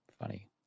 Funny